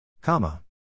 comma